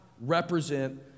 represent